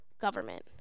government